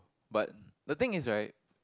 but the thing is right